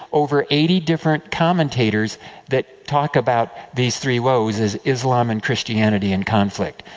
over eighty different commentators that talk about these three woes as islam and christianity in conflict.